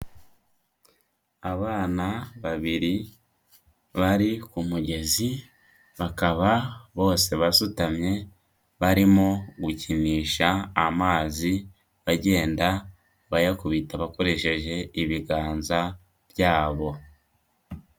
Abana babiri bari ku kumugezi, bakaba bose basutamye barimo gukinisha amazi bagenda bayakubita bakoresheje ibiganza byabo.